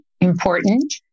important